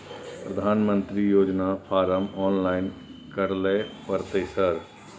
प्रधानमंत्री योजना form online करैले परतै सर?